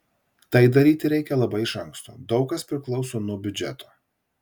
tai daryti reikia labai iš anksto daug kas priklauso nuo biudžeto